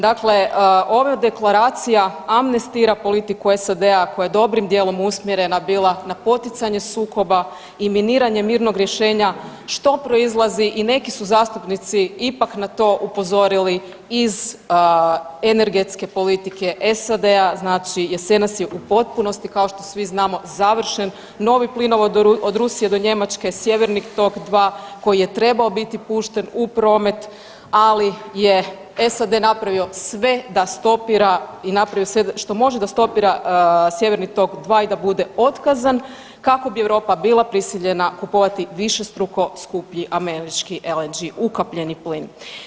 Dakle, ova Deklaracija amnestira politiku SAD-a koja je dobrim dijelom usmjerena bila na poticanje sukoba i miniranje mirnog rješenja, što proizlazi i neki su zastupnici ipak na to upozorili iz energetske politike SAD-a, znači jesenas je u potpunosti, kao što svi znamo, završen novi plinovod od Rusije do Njemačke-Sjeverni Tok 2 koji je trebao biti pušten u promet, ali je SAD napravio sve da stopira i napravio sve što može da stopira Sjeverni Tok 2 i da bude otkazan kako bi Europa bila prisiljena višestruko skuplji američki LNG ukapljeni plin.